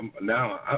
now